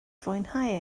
fwynhau